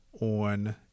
on